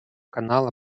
канала